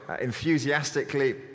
enthusiastically